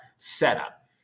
setup